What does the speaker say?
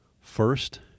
first